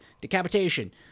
decapitation